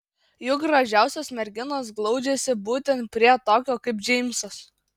juk gražiausios merginos glaudžiasi būtent prie tokio kaip džeimsas